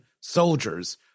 soldiers